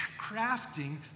crafting